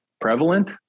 prevalent